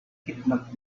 kidnap